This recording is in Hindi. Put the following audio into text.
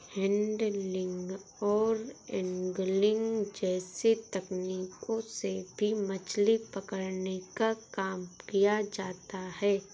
हैंडलिंग और एन्गलिंग जैसी तकनीकों से भी मछली पकड़ने का काम किया जाता है